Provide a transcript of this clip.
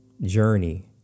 journey